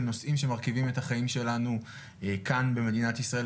נושאים שמרכיבים את החיים שלנו כאן במדינת ישראל,